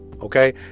Okay